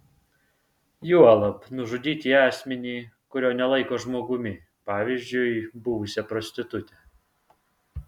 juolab nužudyti asmenį kurio nelaiko žmogumi pavyzdžiui buvusią prostitutę